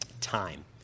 time